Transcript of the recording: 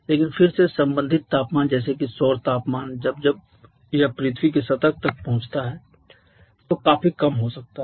लेकिन फिर से संबंधित तापमान जैसे कि सौर तापमान जब यह पृथ्वी की सतह तक पहुँचता है तो काफी कम हो सकता है